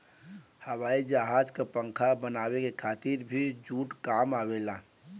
हवाई जहाज क पंखा बनावे के खातिर भी जूट काम आवेला